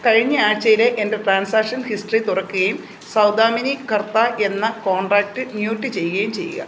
കഴിഞ്ഞ ആഴ്ചയിലെ എൻ്റെ ട്രാൻസാക്ഷൻ ഹിസ്റ്ററി തുറക്കുകയും സൗദാമിനി കർത്ത എന്ന കോൺടാക്റ്റ് മ്യൂട്ട് ചെയ്യുകയും ചെയ്യുക